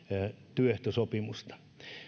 työehtosopimusta